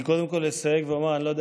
אני קודם כול אסייג ואומר: אני לא יודע